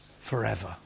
forever